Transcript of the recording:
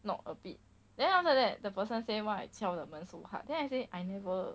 knock a bit then after that the person say why I 敲 the 门 so hard then I say I never